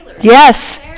Yes